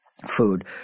food